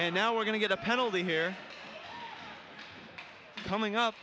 and now we're going to get a penalty here coming up